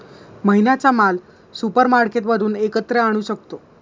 महिन्याचा माल सुपरमार्केटमधून एकत्र आणू शकतो